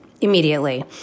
immediately